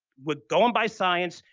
we're going by science.